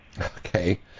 Okay